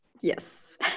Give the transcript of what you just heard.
Yes